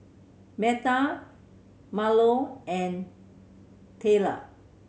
Metha Marlo and Tayla